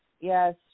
yes